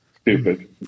Stupid